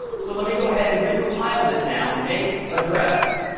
so let me go ahead and recompile this now. make address,